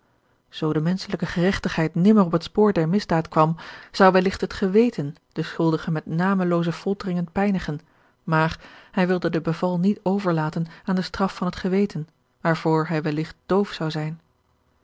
zoo de menschelijke geregtigheid nimmer op het spoor der misdaad kwam zou welligt het geweten den schuldige met namelooze folteringen pijnigen maar hij wilde de beval niet overlaten aan de straf van het geweten waarvoor hij welligt doof zou zijn